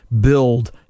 build